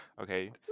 Okay